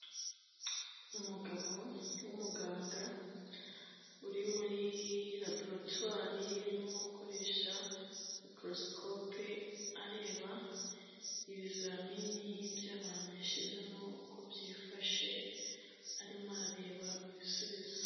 Umugabo w'umuganga, uri muri raburatwari, urimo akoresha mikorosikope, areba ibizamini by'abantu yashyizemo uko byifashe, arimo arareba ibisubizo.